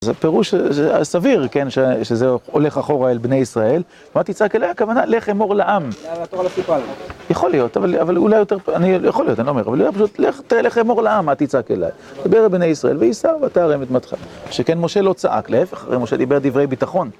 זה פירוש סביר, כן, שזה הולך אחורה אל בני ישראל, ומה תצעק אליה? הכוונה, לך אמור לעם. זה היה לטור על הסיפור הזה. יכול להיות, אבל אולי יותר... אני יכול להיות, אני לא אומר, אבל אולי פשוט, תראה, לך אמור לעם, מה תצעק אליה? תדבר אל בני ישראל, וייסעו. שכן משה לא צעק, להפך, משה דיבר דברי ביטחון.